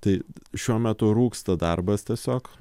tai šiuo metu rūksta darbas tiesiog